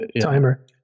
timer